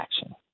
action